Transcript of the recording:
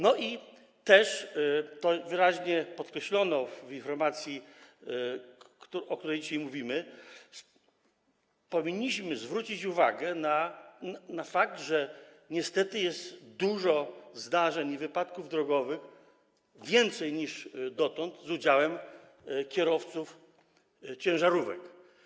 No i, co wyraźnie podkreślono w informacji, o której dzisiaj mówimy, powinniśmy zwrócić uwagę na fakt, że niestety jest dużo zdarzeń, wypadków drogowych, więcej niż dotąd, z udziałem kierowców ciężarówek.